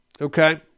Okay